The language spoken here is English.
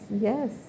yes